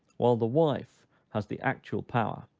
while the wife has the actual power